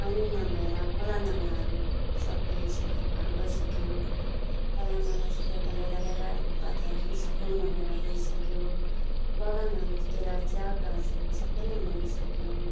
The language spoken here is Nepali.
पानी नभएर खोलानालाहरू सबै सुकेर गइसक्यो खोलानाला सुकेकोले गरेर रुखपातहरू पनि सबै मरेर गइसक्यो बगानहरूतिर चिया गाछहरू सबै नै मरिसक्यो